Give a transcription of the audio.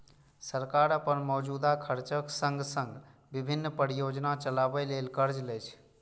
सरकार अपन मौजूदा खर्चक संग संग विभिन्न परियोजना चलाबै ले कर्ज लै छै